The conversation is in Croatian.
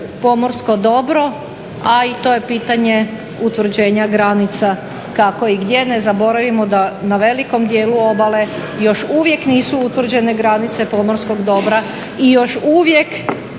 pomorsko dobro, a i to je pitanje utvrđenja granica kako i gdje. Ne zaboravimo da na velikom djelu obale još uvijek nisu utvrđene granice pomorskog dobra i još uvijek